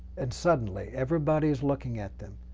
and suddenly everybody's looking at them,